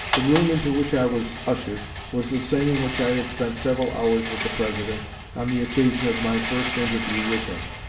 the room into which i was ushered was the same in which i had spent several hours with the president on the occasion of my first interview with him.